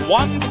one